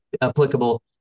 applicable